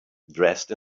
dressed